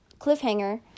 cliffhanger